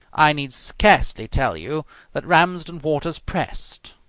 i need scarcely tell you that ramsden waters pressed.